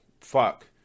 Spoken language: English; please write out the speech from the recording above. fuck